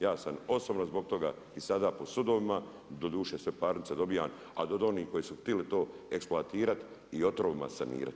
Ja sam osobno zbog toga i sada po sudovima, doduše sve parnice dobivam, a do onih koji su htili to eksploatirat i otrovima sanirat.